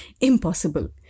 impossible